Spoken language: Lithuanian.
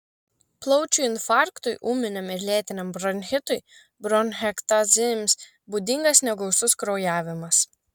plaučių infarktui ūminiam ir lėtiniam bronchitui bronchektazėms būdingas negausus kraujavimas